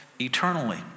eternally